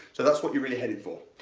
so that's what you're really headed for.